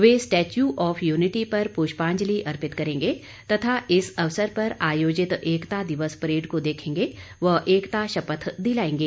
way statue of unity पर पुष्पांजलि अर्पित करेंगे तथा इस अवसर पर आयोजित एकता दिवस परेड को देखेंगे व एकता शपथ दिलायेंगे